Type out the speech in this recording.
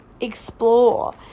explore